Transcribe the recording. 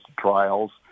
trials